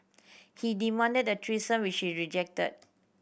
he demanded a threesome which she rejected